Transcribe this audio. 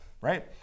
right